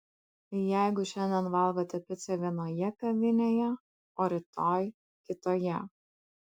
jeigu šiandien valgote picą vienoje kavinėje o rytoj kitoje